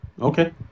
Okay